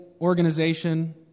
organization